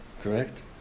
correct